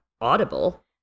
Audible